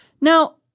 Now